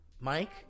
Mike